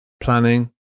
planning